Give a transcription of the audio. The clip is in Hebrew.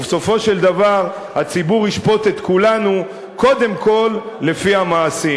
ובסופו של דבר הציבור ישפוט את כולנו קודם כול לפי המעשים.